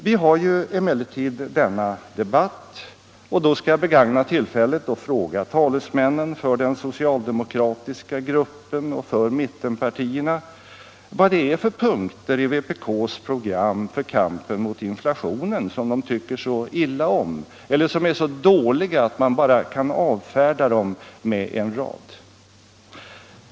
Vi har emellertid denna debatt, och då skall jag begagna tillfället till att fråga talesmännen för den socialdemokratiska gruppen och för mittenpartierna vad det är för punkter i vpk:s program för kampen mot inflationen som de tycker så illa om eller som är så dåliga att man kan avfärda dem med bara en rad.